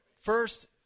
first